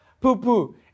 poo-poo